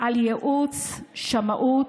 על ייעוץ, שמאות,